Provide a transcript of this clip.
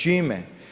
Čime?